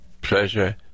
pleasure